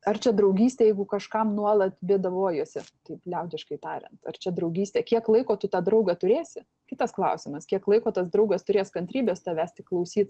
ar čia draugystė jeigu kažkam nuolat bėdavojiesi taip liaudiškai tariant ar čia draugystė kiek laiko tu tą draugą turėsi kitas klausimas kiek laiko tas draugas turės kantrybės tavęs tik klausyt